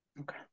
Okay